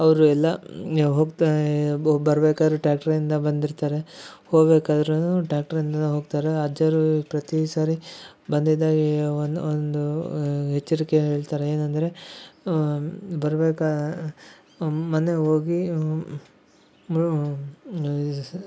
ಅವರು ಎಲ್ಲಾ ಹೋಗ್ತಾ ಬರ್ಬೇಕಾದರೆ ಟ್ರ್ಯಾಕ್ಟರಿಂದ ಬಂದಿರ್ತಾರೆ ಹೋಗ್ಬೇಕಾದರೂನು ಟ್ಯಾಕ್ಟರಿಂದ ಹೋಗ್ತಾರೆ ಅಜ್ಜಾರು ಪ್ರತಿ ಸಾರಿ ಬಂದಿದಾಗ್ಲೆ ಒಂದು ಎಚ್ಚರಿಕೆ ಹೇಳ್ತಾರೆ ಏನಂದರೆ ಬರಬೇಕಾ ಮನೆಗ್ ಹೋಗಿ ಬ್ ಸ್